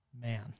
man